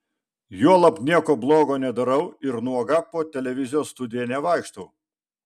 juolab nieko blogo nedarau ir nuoga po televizijos studiją nevaikštau